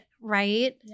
right